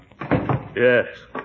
Yes